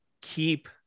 keep